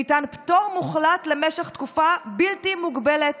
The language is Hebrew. ניתן פטור לתקופה בלתי מוגבלת